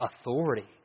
authority